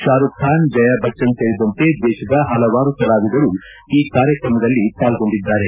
ಶಾರೂಕ್ಖಾನ್ ಜಯಾ ಬಚ್ಚನ್ ಸೇರಿದಂತೆ ದೇಶದ ಹಲವಾರು ಕಲಾವಿದರು ಈ ಕಾರ್ಯಕ್ರಮದಲ್ಲಿ ಪಾರ್ಗೊಂಡಿದ್ದಾರೆ